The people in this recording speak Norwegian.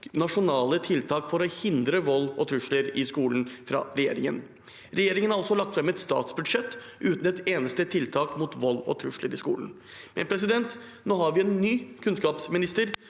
nasjonale tiltak for å hindre vold og trusler i skolen fra regjeringen. Regjeringen har også lagt fram et statsbudsjett uten et eneste tiltak mot vold og trusler i skolen. Nå har vi en ny kunnskapsminister.